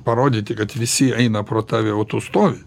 parodyti kad visi eina pro tave o tu stovi